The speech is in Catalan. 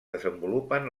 desenvolupen